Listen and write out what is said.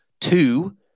two